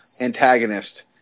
antagonist